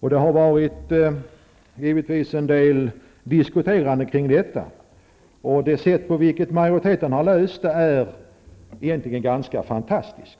Det har givetvis förts en del diskussioner om detta. Det sätt på vilket majoriteten har löst problemet är egentligen ganska fantastiskt.